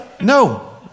No